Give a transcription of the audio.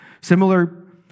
similar